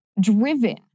driven